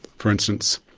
for instance,